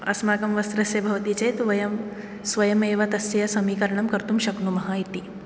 अस्माकं वस्त्रस्य भवति चेत् वयं स्वयमेव तस्य समीकरणं कर्तुं शक्नुमः इति